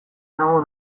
esango